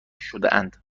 شدهاند